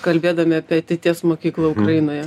kalbėdami apie ateities mokyklą ukrainoje